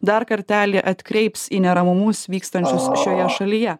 dar kartelį atkreips į neramumus vykstančius šioje šalyje